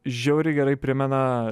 žiauriai gerai primena